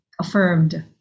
affirmed